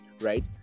right